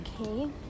okay